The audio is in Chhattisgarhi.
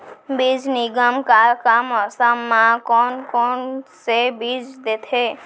बीज निगम का का मौसम मा, कौन कौन से बीज देथे?